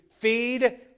feed